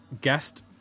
guest